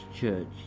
church